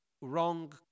wrong